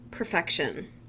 perfection